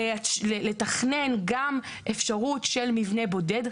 שיקול לוועדה המקומית לתכנן גם אפשרות של מבנה בודד,